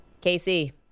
Casey